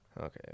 Okay